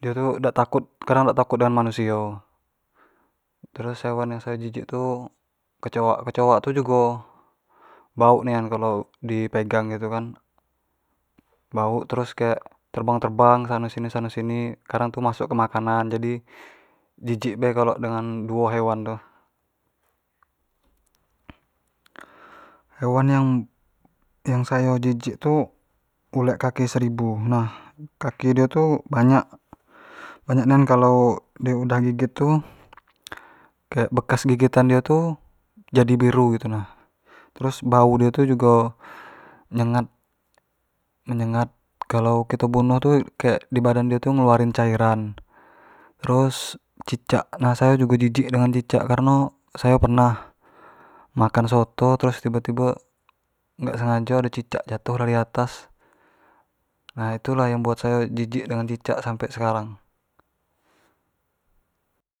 dio tu-dio tu kadang dak takut dengan manusio, terus hewan sayo jijik tu kecoak-kecoak tu jugo bauk nian kalau di pegang gitu kan, bauk terus kayak terbang-terbang sano sini-sano sini kadang tu masuk ke makanan jadi jijik bae kalo dengan duo hewan tu, hewan yang sayo jijik tu ulek kaki seribu, nah kaki dio tu banyak, banyak nian kalo dio udah gigit tu kayak bekas gigitan dio tu jadi biru gitu nah, terus bau dio tu jugo nyengat, menyengat, kalo kito bunuh tu kayak di badan dio tu kayak ngeluarin cairan, terus cicak, nah sayo jugo jijik dengan cicak kareno, sayo pernah makan soto, terus tibo-tibo dak sengajo ado cicak jatuh dari atas, nah itu lah yang memnbuat sayo jijik dengan cicak sampai sekarang